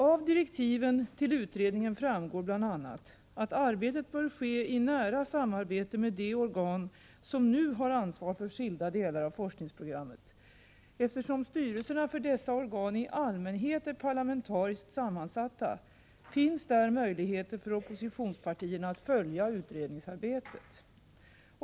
Av direktiven till utredningen framgår bl.a. att arbetet bör ske i nära samarbete med de organ som nu har ansvar för skilda delar av forskningsprogrammet. Eftersom styrelserna för dessa organ i allmänhet är parlamentariskt sammansatta finns där möjligheter för oppositionspartierna att följa utredningsarbetet.